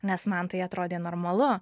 nes man tai atrodė normalu